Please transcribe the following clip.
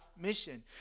mission